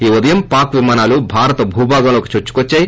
ఈ ఉదయం పాక్ విమానాలు భారత భూభాగంలోకి చొచ్చుకోద్చాయి